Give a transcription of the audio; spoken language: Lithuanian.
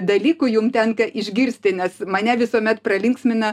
dalykų jum tenka išgirsti nes mane visuomet pralinksmina